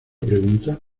pregunta